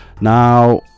now